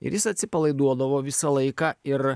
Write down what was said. ir jis atsipalaiduodavo visą laiką ir